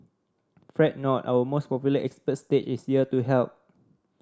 fret not our most popular expert stage is here to help